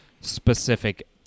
specific